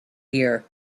here